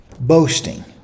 boasting